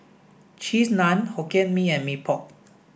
Cheese Naan Hokkien Mee and Mee Pok